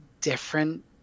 different